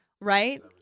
right